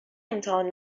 امتحان